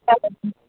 चालेल